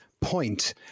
point